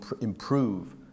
improve